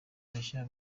bashya